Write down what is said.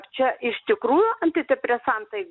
čia iš tikrųjų antidepresantai